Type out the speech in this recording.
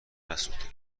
نسوخته